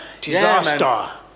Disaster